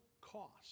cost